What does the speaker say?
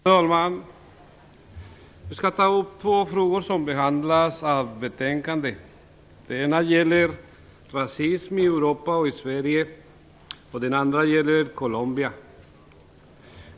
Herr talman! Jag skall ta upp två frågor som behandlas i betänkandet. Den ena gäller rasism i Europa och i Sverige, och den andra gäller Colombia.